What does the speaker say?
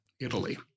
Italy